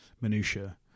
minutiae